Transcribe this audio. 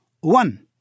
One